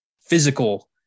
physical